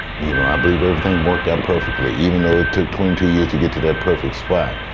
you know, i believe everything worked out perfectly even though it took twenty two years to get to that perfect spot.